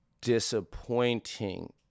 disappointing